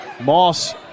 Moss